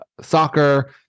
soccer